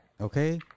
Okay